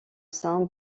saint